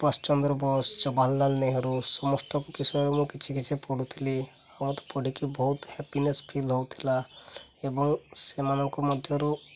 ସୁବାଷ ଚନ୍ଦ୍ର ବୋଷ ଜବାହର୍ଲାଲ୍ ନେହେରୁ ସମସ୍ତଙ୍କ ବିଷୟରେ ମୁଁ କିଛି କିଛି ପଢ଼ୁଥିଲି ଆଉ ମୋତେ ପଢ଼ିକି ବହୁତ ହ୍ୟାପିନେସ୍ ଫିଲ୍ ହେଉଥିଲା ଏବଂ ସେମାନଙ୍କ ମଧ୍ୟରୁ